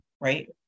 right